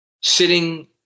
sitting